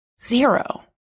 zero